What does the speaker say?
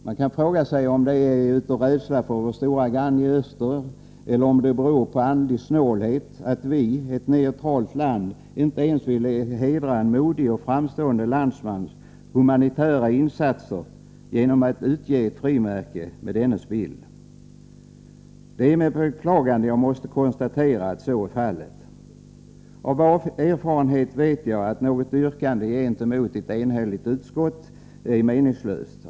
Man kan fråga sig, om det beror på rädsla för vår stora granne i öster eller på andlig snålhet att vi, i ett neutralt land, inte ens vill hedra en modig och framstående landsmans humanitära insatser genom att utge ett frimärke med dennes bild. Det är med beklagande jag måste konstatera att så är fallet. Av erfarenhet vet jag att ett yrkande gentemot ett enhälligt utskott är meningslöst.